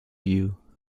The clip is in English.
you